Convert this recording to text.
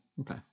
okay